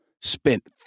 spent